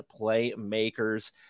playmakers